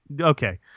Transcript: Okay